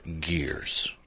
Gears